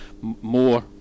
more